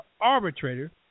arbitrator